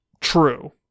true